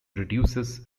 reduces